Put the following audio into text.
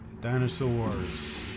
Dinosaurs